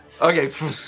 Okay